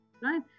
right